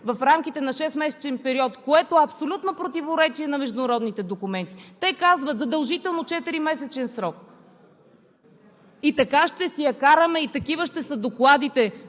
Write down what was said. в рамките на шестмесечен период, което е абсолютно противоречие на международните документи. Те казват: задължително четиримесечен срок! Така ще си я караме и такива ще са докладите.